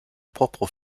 propre